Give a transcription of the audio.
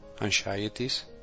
anxieties